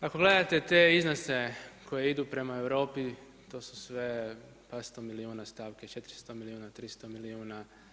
Ako gledate te iznose koji idu prema Europi, to su sve … milijuna stavki, 400 milijuna, 300 milijuna.